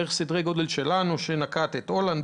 המדינות בסדר הגודל שלנו שהזכרת הולנד,